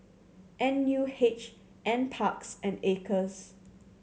N U H Nparks and Acres